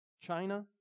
China